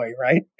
right